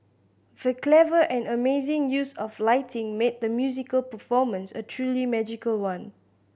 the clever and amazing use of lighting made the musical performance a truly magical one